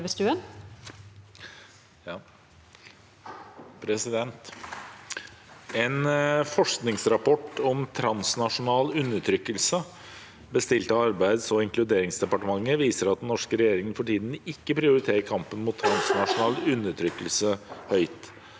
«En ny forskningsrap- port om transnasjonal undertrykkelse, bestilt av Arbeids- og inkluderingsdepartementet, viser at den norske regjeringen for tiden ikke prioriterer kampen mot transnasjonal undertrykkelse høyt.